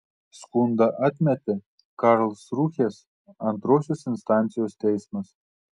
skundą atmetė karlsrūhės antrosios instancijos teismas